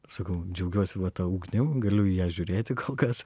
sakau džiaugiuosi va ta ugnim galiu į ją žiūrėti kol kas